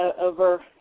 over